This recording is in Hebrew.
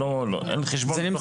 אין חשבון בתוך הסל.